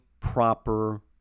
proper